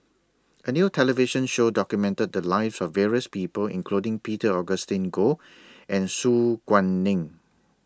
A New television Show documented The Lives of various People including Peter Augustine Goh and Su Guaning